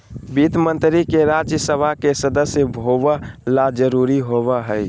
वित्त मंत्री के राज्य सभा के सदस्य होबे ल जरूरी होबो हइ